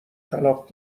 طلاق